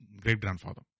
great-grandfather